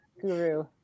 guru